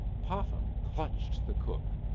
popham clutched the cook,